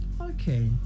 Okay